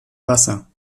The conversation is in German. wasser